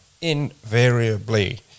invariably